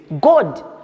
God